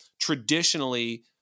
traditionally